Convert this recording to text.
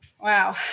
Wow